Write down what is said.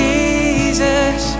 Jesus